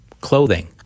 clothing